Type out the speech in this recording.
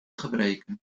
gebreken